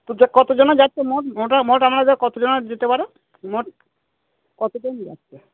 তো কত জন যাচ্ছে মোট মোট আপনাদের কত জনা যেতে পারে মোট কত জন যাচ্ছে